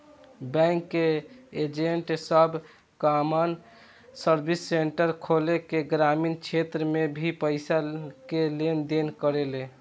bank के agent सब common service centre खोल के ग्रामीण क्षेत्र में भी पईसा के लेन देन करेले